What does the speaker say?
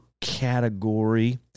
category